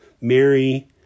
Mary